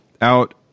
out